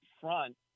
front